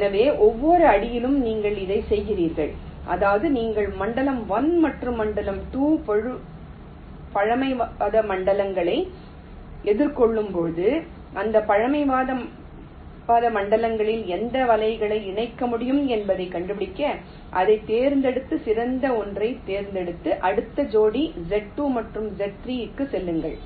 எனவே ஒவ்வொரு அடியிலும் நீங்கள் இதைச் செய்கிறீர்கள் அதாவது நீங்கள் மண்டலம் 1 மற்றும் மண்டலம் 2 பழமைவாத மண்டலங்களை எதிர்கொள்ளும்போது இந்த பழமைவாத மண்டலங்களில் எந்த வலைகளை இணைக்க முடியும் என்பதைக் கண்டுபிடிக்க அதைத் தேர்ந்தெடுத்து சிறந்த ஒன்றைத் தேர்ந்தெடுத்து அடுத்த ஜோடி Z 2 மற்றும் Z 3 க்குச் செல்லுங்கள்